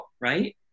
right